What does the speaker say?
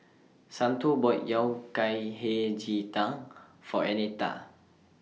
Santo bought Yao Cai Hei Ji Tang For Annetta